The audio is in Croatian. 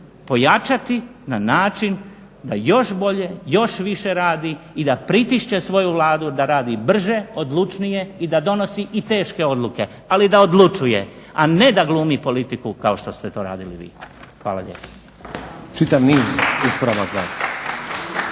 pojačati na način da još bolje, još više radi i da pritišće svoju Vladu da radi brže, odlučnije i da donosi i teške odluke, ali da odlučuje a ne da glumi politiku kao što ste to radili vi. Hvala lijepa. **Stazić, Nenad